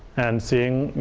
and seeing,